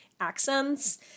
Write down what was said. accents